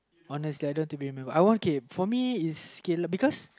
honestly I don't want to be remembered I won't okay for me is because